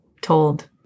told